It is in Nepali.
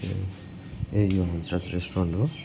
ए यो हुजराज रेस्टुरेन्ट हो